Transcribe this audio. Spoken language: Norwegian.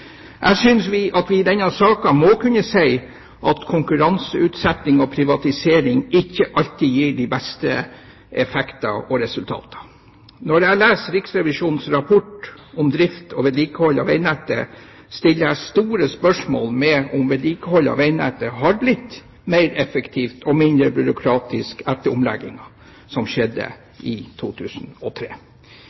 Jeg synes at vi i denne saken må kunne si at konkurranseutsetting og privatisering ikke alltid gir de beste effekter og resultater. Når jeg leser Riksrevisjonens rapport om drift og vedlikehold av vegnettet, stiller jeg store spørsmål ved om vedlikeholdet av vegnettet har blitt mer effektivt og mindre byråkratisk etter omleggingen som skjedde i 2003.